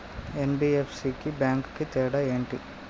NBFC కి bank కి తేడా ఏంటి?